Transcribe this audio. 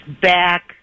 back